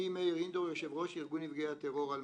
בפעם